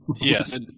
Yes